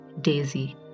Daisy